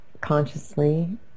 consciously